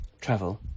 Travel